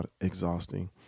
exhausting